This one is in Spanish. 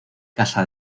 casa